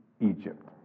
Egypt